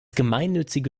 gemeinnützige